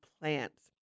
plants